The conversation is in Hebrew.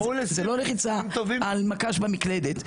זה לא לחיצה על מקש במקלדת.